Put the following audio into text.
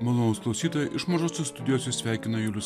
malonūs klausytojai iš mažosios studijos jus sveikina julius